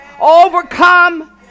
overcome